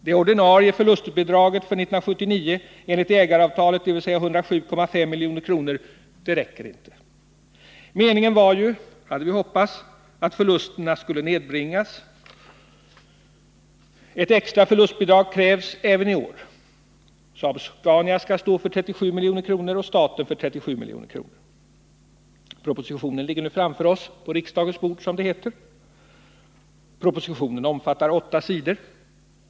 Det ordinarie förlustbidraget för 1979 enligt ägaravtalet, dvs. 107,5 milj.kr., räcker inte. Vi hade hoppats att förlusterna skulle nedbringas. Ett extra förlustbidrag krävs även i år. Saab-Scania skall stå för 37 milj.kr. och staten för 37 milj.kr. Propositionen ligger nu framför oss, på riksdagens bord, som det heter. Propositionen omfattar åtta sidor.